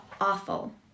awful